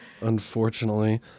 Unfortunately